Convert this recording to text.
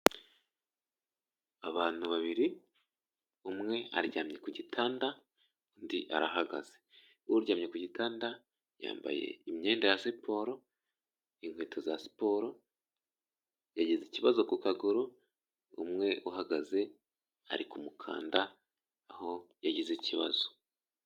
Abantu babiri umwe aryamye ku gitanda, undi arahagaze uryamye ku gitanda yambaye imyenda ya siporo inkweto za siporo, yagize ikibazo ku kaguru umwe uhagaze ari kumukanda aho yagize ikibazo.